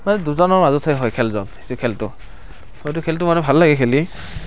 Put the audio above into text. দুজনৰ মাজতহে হয় খেলখন খেলটো খেলটো মানে ভাল লাগে খেলি